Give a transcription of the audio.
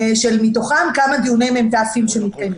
שמתוכם כמה דיוני מ"ת שמתקיימים.